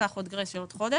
קח גרייס של עוד חודש.